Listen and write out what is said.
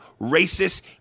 racist